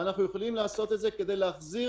ואנחנו יכולים לעשות את זה כדי להחזיר